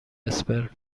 اسپرم